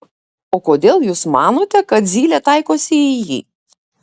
o kodėl jūs manote kad zylė taikosi į jį